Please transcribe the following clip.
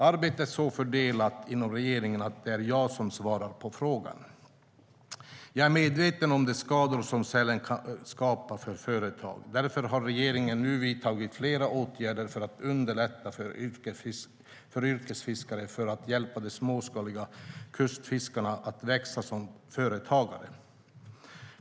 Arbetet är så fördelat inom regeringen att det är jag som svarar på frågan. Jag är medveten om de skador som sälen kan skapa för företag. Därför har regeringen nu vidtagit flera åtgärder för att underlätta för yrkesfiskare för att hjälpa de småskaliga kustfiskarna att växa som företagare.